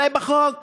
אולי בחוק,